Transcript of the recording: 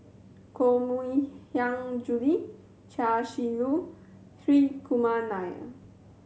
Koh Mui Hiang Julie Chia Shi Lu Hri Kumar Nair